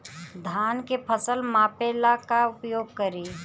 धान के फ़सल मापे ला का उपयोग करी?